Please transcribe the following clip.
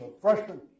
freshman